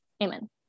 Amen